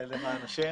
למען השם,